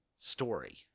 story